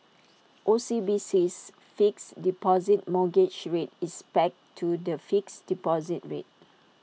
OCBC's fixed deposit mortgage rate is pegged to the fixed deposit rate